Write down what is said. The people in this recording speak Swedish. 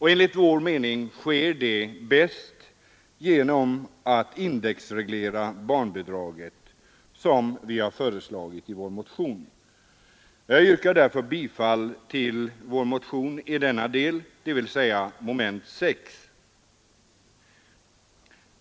Detta sker bäst genom att indexreglera barnbidraget som vi föreslagit. Jag yrkar bifall till denna del av vår motion, dvs. mom. 6.